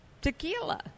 tequila